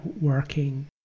working